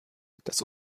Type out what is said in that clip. das